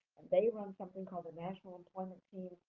and they run something called the national employment team,